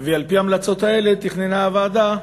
ועל-פי ההמלצות האלה תכננה הוועדה,